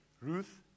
Ruth